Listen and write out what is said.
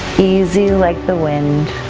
easy like the wind.